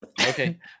Okay